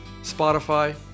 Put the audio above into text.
Spotify